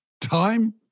time